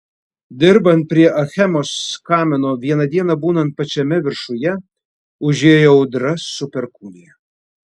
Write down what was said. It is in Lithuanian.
dirbant prie achemos kamino vieną dieną būnant pačiame viršuje užėjo audra su perkūnija